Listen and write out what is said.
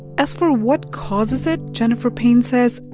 as for what causes it, jennifer payne says,